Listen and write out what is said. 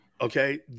okay